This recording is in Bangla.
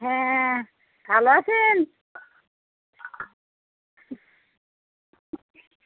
হ্যাঁ ভালো আছেন